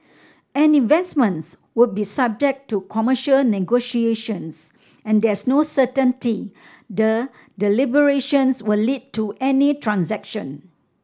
any investments would be subject to commercial negotiations and there's no certainty the deliberations will lead to any transaction